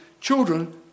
children